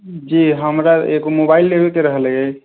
जी हमरा एगो मोबाइल लेबेके रहलै